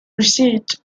research